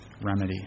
remedy